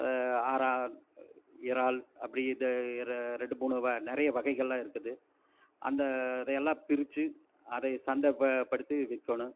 ஆரால் இறால் அப்படி இந்த ரெண்டு மூணு நிறைய வகைகள்லாம் இருக்குது அந்த அதையெலாம் பிரித்து அதை சந்தை படுத்தி விற்கணும்